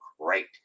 great